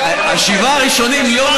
לא.